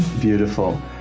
Beautiful